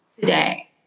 today